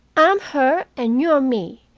i'm her, and you're me.